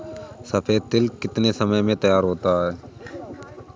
सफेद तिल कितनी समय में तैयार होता जाता है?